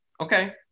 Okay